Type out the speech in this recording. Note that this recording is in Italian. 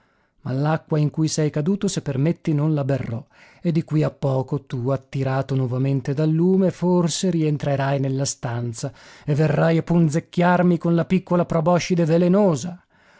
l'acqua in cui sei caduto se permetti non la berrò e di qui a poco tu attirato novamente dal lume forse rientrerai nella stanza e verrai a punzecchiarmi con la piccola proboscide velenosa